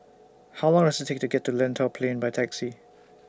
How Long Does IT Take to get to Lentor Plain By Taxi